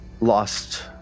lost